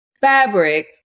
fabric